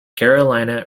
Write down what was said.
carolina